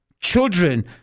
children